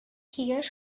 here